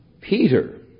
Peter